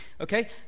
Okay